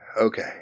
okay